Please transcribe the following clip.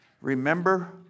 remember